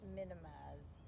minimize